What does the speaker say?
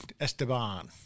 Esteban